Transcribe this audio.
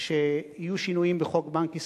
שיהיו שינויים בחוק בנק ישראל,